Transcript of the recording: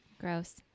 Gross